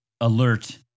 alert